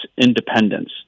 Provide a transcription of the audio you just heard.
independence